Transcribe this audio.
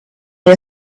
are